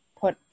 put